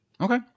Okay